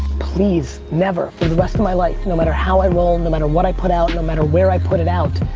please, never, for the rest of my life, no matter how i roll, and no matter what i put out, no matter where i put it out,